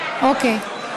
אוקיי.